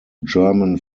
german